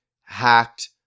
hacked